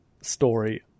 story